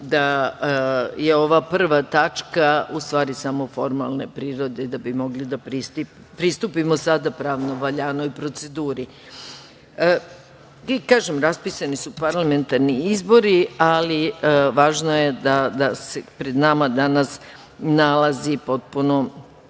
da je ova prva tačka, u stvari samo formalne prirode da bi mogli da pristupimo sada pravno valjanoj proceduri. Kažem, raspisani su parlamentarni izbori, ali važno je da se pred nama danas nalazi potpuno